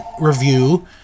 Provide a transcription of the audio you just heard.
review